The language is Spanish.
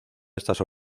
estas